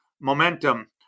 momentum